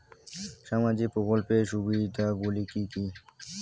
সামাজিক প্রকল্পের সুবিধাগুলি কি কি?